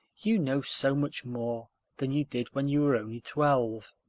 you know so much more than you did when you were only twelve.